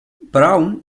brown